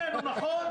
מבקש.